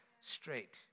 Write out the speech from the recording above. straight